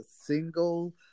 single